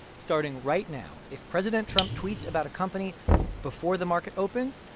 starting right now, if president trump tweets about a company before the market opens,